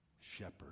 Shepherd